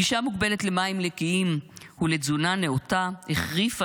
גישה מוגבלת למים נקיים ולתזונה נאותה החריפה